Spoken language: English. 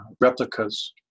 replicas